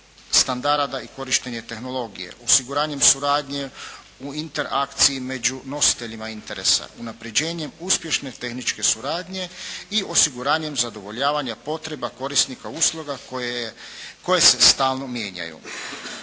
i korištenje tehnologije, osiguranjem suradnje u interakciji među nositeljima interesa, unapređenjem uspješne tehničke suradnje i osiguranjem zadovoljavanja potreba korisnika usluga koje se stalno mijenjaju.